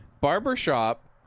Barbershop